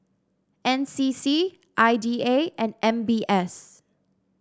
N C C I D A and M B S